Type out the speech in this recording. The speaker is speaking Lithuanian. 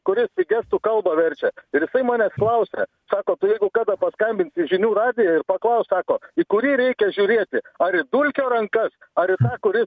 kuris į gestų kalbą verčia ir jisai manęs klausia sako tai jeigu kada paskambinsi žinių radijui paklausk sako į kurį reikia žiūrėti ar į dulkio rankas ar į tą kuris